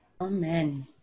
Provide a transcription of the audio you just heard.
Amen